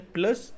Plus